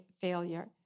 failure